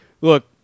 look